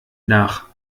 nach